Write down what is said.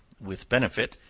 with benefit,